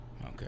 Okay